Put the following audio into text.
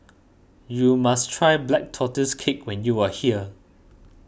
you must try Black Tortoise Cake when you are here